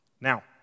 Now